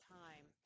time